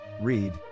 Read